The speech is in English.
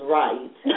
right